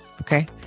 okay